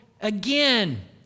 again